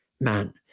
man